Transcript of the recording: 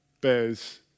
bears